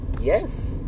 Yes